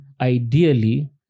ideally